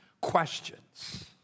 questions